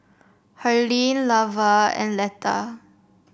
Harlene Lavar and Leta